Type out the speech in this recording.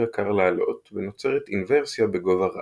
הקר לעלות ונוצרת אינוורסיה בגובה רב,